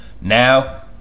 Now